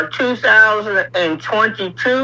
2022